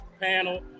panel